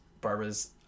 Barbara's